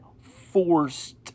forced